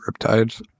Riptides